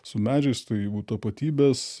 su medžiais tai jų tapatybės